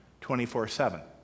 24-7